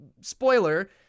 spoiler